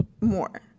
more